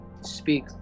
speak